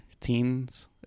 teens